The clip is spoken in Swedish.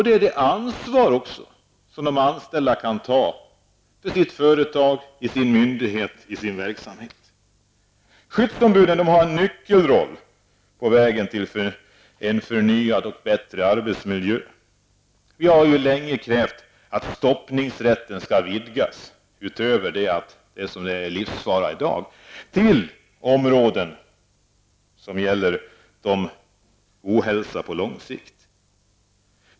Det är det ansvar som de anställda kan ta för sitt företag eller sin myndighet i sin verksamhet. Skyddsombuden har en nyckelroll på vägen mot en förnyad och bättre arbetsmiljö. Vi har länge krävt att stoppningsrätten skall vidgas från livsfara till ohälsa på lång sikt.